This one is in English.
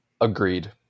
Agreed